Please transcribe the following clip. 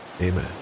Amen